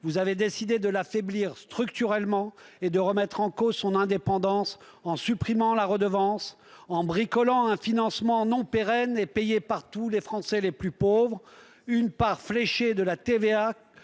vous avez décidé de l'affaiblir structurellement et de remettre en cause son indépendance, en supprimant la redevance et en bricolant un financement non pérenne et payé par tous les Français, y compris les plus pauvres : une part fléchée de la TVA